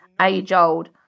age-old